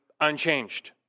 unchanged